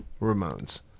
Ramones